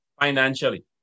financially